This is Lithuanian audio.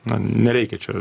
na nereikia čia